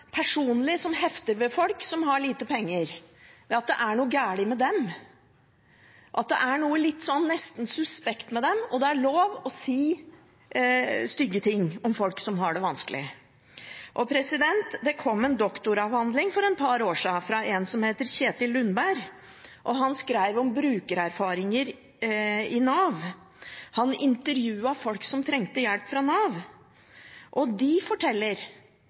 personlig som hefter ved folk som har lite penger, at det er noe galt med dem, at det nesten er noe suspekt ved dem, og at det er lov å si stygge ting om folk som har det vanskelig. Det kom en doktoravhandling for et par år siden fra en som heter Kjetil Lundberg, og han skrev om brukererfaringer i Nav. Han intervjuet folk som trengte hjelp fra Nav. De fortalte om hvor fælt det var å bli omtalt nedlatende og